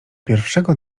pierwszego